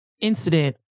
incident